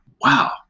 wow